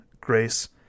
grace